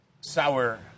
sour